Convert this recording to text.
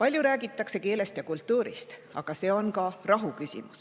Palju räägitakse keelest ja kultuurist, aga see on ka rahu küsimus.